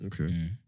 Okay